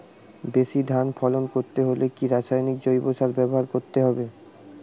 বেশি ধান ফলন করতে হলে কি রাসায়নিক জৈব সার ব্যবহার করতে হবে?